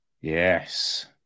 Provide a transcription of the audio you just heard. Yes